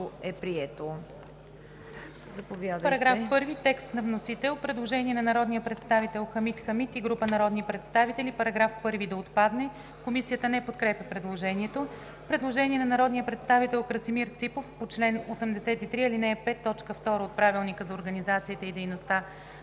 е прието. Заповядайте,